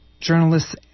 journalists